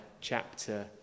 chapter